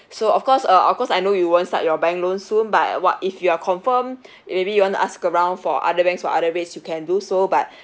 so of course uh of course I know you won't start your bank loan soon but what if you're confirm maybe you want to ask around for other banks or other place you can do so but